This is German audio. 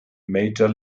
major